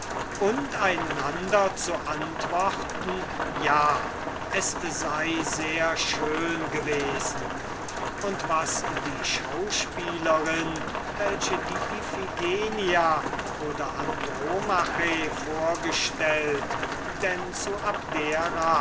und einander zu antworten ja es sei sehr schön gewesen und was die actrice welche die iphigenia oder andromacha vorgestellt denn zu abdera